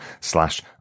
slash